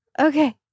okay